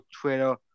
Twitter